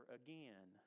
again